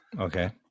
Okay